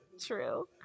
True